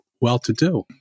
well-to-do